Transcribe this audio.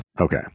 Okay